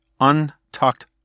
untucked